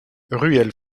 ruelle